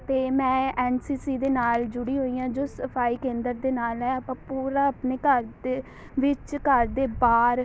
ਅਤੇ ਮੈਂ N C C ਦੇ ਨਾਲ ਜੁੜੀ ਹੋਈ ਹਾਂ ਜੋ ਸਫਾਈ ਕੇਂਦਰ ਦੇ ਨਾਲ ਹੈ ਆਪਾਂ ਪੂਰਾ ਆਪਣੇ ਘਰ 'ਚ ਵਿੱਚ ਘਰ ਦੇ ਬਾਹਰ